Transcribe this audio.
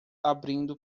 abrindo